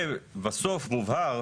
בסוף מובהר,